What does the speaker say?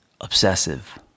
obsessive